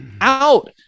out